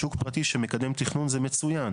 שוק פרטי שמקדם תכנון זה מצוין.